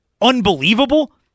unbelievable